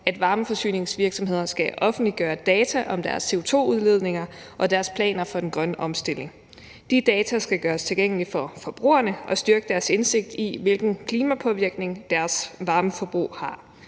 at varmeforsyningsvirksomheder skal offentliggøre data om deres CO2-udledning og deres planer for den grønne omstilling. De data skal gøres tilgængelige for forbrugerne og styrke deres indsigt i, hvilken klimapåvirkning deres varmeforbrug har.